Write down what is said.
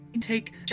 take